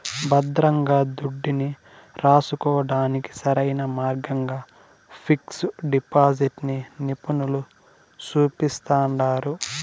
భద్రంగా దుడ్డుని రాసుకోడానికి సరైన మార్గంగా పిక్సు డిపాజిటిని నిపునులు సూపిస్తండారు